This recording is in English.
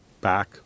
back